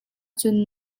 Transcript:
cun